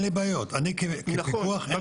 אני כפיקוח,